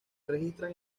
registran